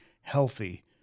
healthy